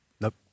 Nope